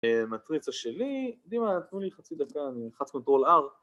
מטריצה שלי, דימה, תנו לי חצי דקה אני אלחץ Ctrl R